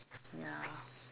ya